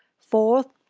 fourth,